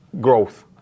growth